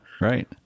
Right